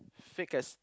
thick as